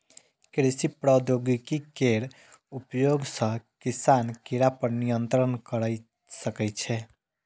कृषि प्रौद्योगिकी केर उपयोग सं किसान कीड़ा पर नियंत्रण कैर सकै छै